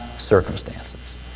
Circumstances